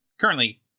currently